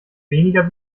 weniger